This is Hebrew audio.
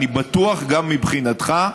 אני בטוח שגם מבחינתך.